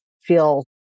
feel